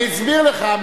אני אסביר לך.